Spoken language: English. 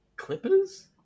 Clippers